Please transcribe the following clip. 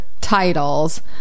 titles